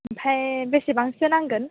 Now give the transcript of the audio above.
ओमफ्राय बेसेबांसो नांगोन